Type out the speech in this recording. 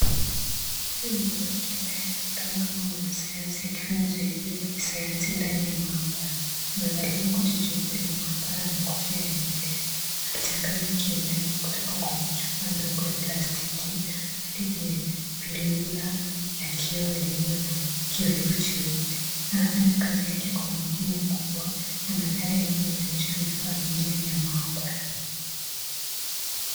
Huyu ni mwanamke ambaye anaonekana kama mwanasayansi akifanya jaribio la kisayansi ndani ya maabara , amevalia koti jeupe la maabara na kofia ya nywele akichanganya kiowevu kutoka kwenye chupa ndogo ya plastiki hadi kwenye bilula ya kioo iliyo na kiowevu cheupe , anafanya kazi kwa umakini mkubwa na mandhari ya nyuma inaonyesha vifaa vingine vya maabara.